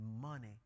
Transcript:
money